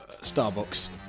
Starbucks